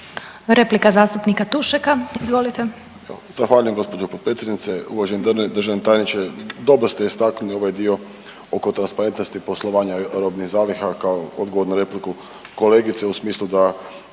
Replika zastupnika Tušeka, izvolite. **Tušek, Žarko (HDZ)** Zahvaljujem gospođo potpredsjednice. Uvaženi državni tajniče dobro ste istaknuli ova dio oko transparentnosti poslovanja robnih zaliha kao odgovor na repliku kolegice u smislu da